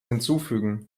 hinzufügen